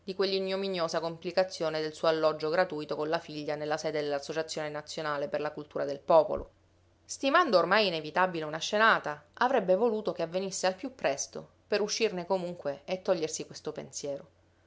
di quell'ignominiosa complicazione del suo alloggio gratuito con la figliuola nella sede dell'associazione nazionale per la cultura del popolo stimando ormai inevitabile una scenata avrebbe voluto che avvenisse al più presto per uscirne comunque e togliersi questo pensiero